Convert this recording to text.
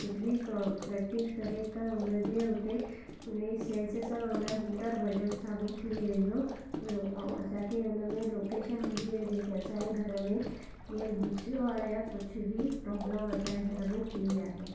कुझ बि pro practice करे त हुन जे हुते हुन जी सेंस सां उनजो हूटर वॼण चालू थी वेंदो ऐं असांखे उनमें लोकेशन मिली वञे त असांजे घर में केरु घुसियो आहे या कुझु बि प्रॉब्लम असांजे घर में थी आहे